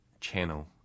channel